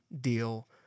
deal